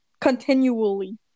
Continually